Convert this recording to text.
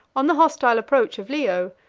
on the hostile approach of leo,